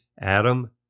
Adam